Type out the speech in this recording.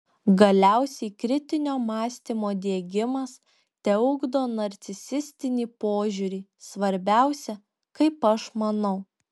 galiausiai kritinio mąstymo diegimas teugdo narcisistinį požiūrį svarbiausia kaip aš manau